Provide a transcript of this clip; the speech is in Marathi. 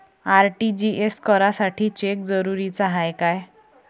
आर.टी.जी.एस करासाठी चेक जरुरीचा हाय काय?